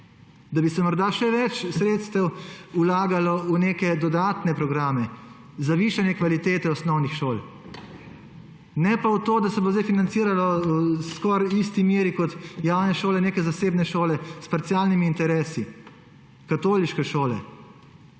da bi se morda še več sredstev vlagalo v neke dodatne programe za višanje kvalitete osnovnih šol. Ne pa v to, da se bo zdaj financiralo skoraj v isti meri kot javne šole neke zasebne šole s parcialnimi interesi, katoliške šole